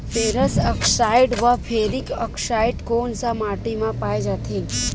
Ferrous oxide व ferric oxide कोन सा माटी म पाय जाथे?